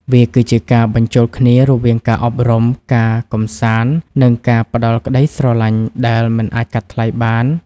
វាគឺជាការបញ្ចូលគ្នារវាងការអប់រំ ការកម្សាន្ត និងការផ្តល់ក្ដីស្រឡាញ់ដែលមិនអាចកាត់ថ្លៃបាន។